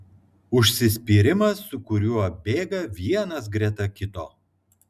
užsispyrimas su kuriuo bėga vienas greta kito